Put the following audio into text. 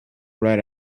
right